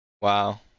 Wow